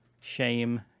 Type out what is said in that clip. Shame